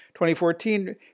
2014